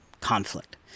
conflict